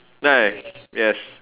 yes